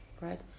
right